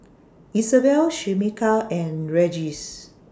Isabel Shamika and Regis